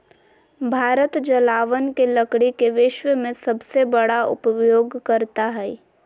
भारत जलावन के लकड़ी के विश्व में सबसे बड़ा उपयोगकर्ता हइ